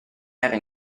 era